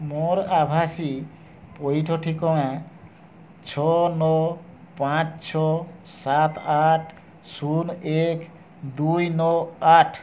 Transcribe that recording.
ମୋର ଆଭାସୀ ପଇଠ ଠିକଣା ଛଅ ନଅ ପାଞ୍ଚ ଛଅ ସାତ ଆଠ ଶୂନ ଏକ ଦୁଇ ନଅ ଆଠ